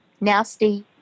nasty